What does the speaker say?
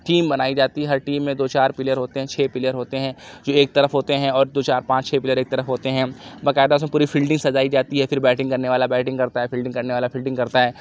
team بنائی جاتی ہے ہر ٹیم میں دو چار پلیئر ہوتے ہیں چھ پلیئر ہوتے ہیں جو ایک طرف ہوتے ہیں اور دو چار پانچ چھ پلیئر ایک طرف ہوتے ہیں باقاعدہ اُس میں پوری فیلڈنگ سجائی جاتی ہے پھر بیٹنگ کرنے والا بیٹنگ کرتا ہے فیلڈنگ کرنے والا فیلڈنگ کرتا ہے